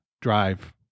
drive